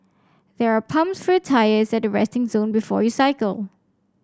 there are pumps for tyres at the resting zone before you cycle